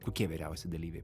kokie vyriausi dalyviai